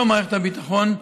לא מערכת הביטחון,